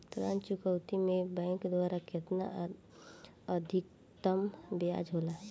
ऋण चुकौती में बैंक द्वारा केतना अधीक्तम ब्याज होला?